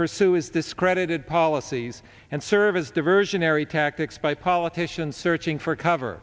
pursue is discredited policies and service diversionary tactics by politicians searching for cover